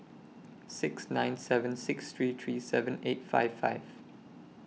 six nine seven six three three seven eight five five